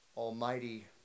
almighty